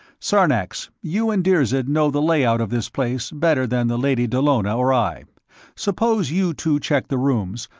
sarnax, you and dirzed know the layout of this place better than the lady dallona or i suppose you two check the rooms,